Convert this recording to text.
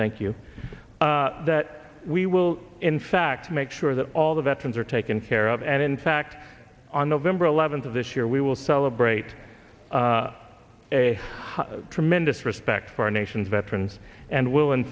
thank you that we will in fact make sure that all the veterans are taken care of and in fact on november eleventh of this year we will celebrate a tremendous respect for our nation's veterans and will in